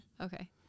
Okay